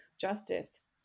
justice